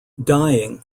dying